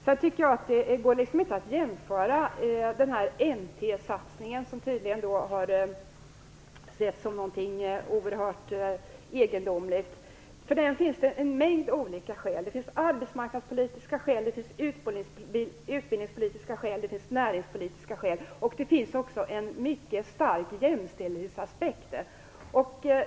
Sedan tycker jag att det inte går att jämföra med N/T-satsningen, som tydligen har setts som någonting oerhört egendomligt. För den finns det en mängd olika skäl: arbetsmarknadspolitiska, utbildningspolitiska, näringspolitiska. Det finns också en mycket stark jämställdhetsaspekt.